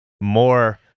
more